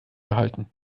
behalten